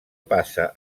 passa